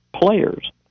players